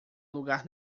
lugar